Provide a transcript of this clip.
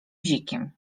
bzikiem